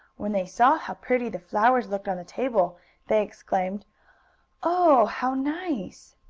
when they saw how pretty the flowers looked on the table they exclaimed oh, how nice!